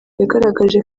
yagaragaje